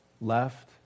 left